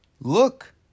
look